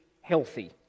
healthy